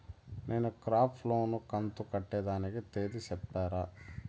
నేను crop loan కంతు కట్టేదానికి తేది సెప్తారా?